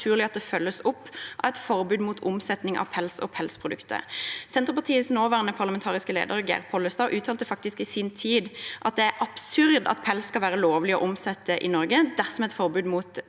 at det følges opp av et forbud mot omsetning av pels og pelsprodukter.» Senterpartiets nåværende parlamentariske leder, Geir Pollestad, uttalte faktisk i sin tid at det er absurd at pels skal være lovlig å omsette i Norge dersom et forbud mot